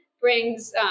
brings